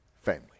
family